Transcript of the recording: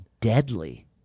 deadly